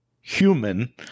human